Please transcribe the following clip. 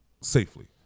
safely